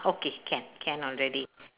okay can can already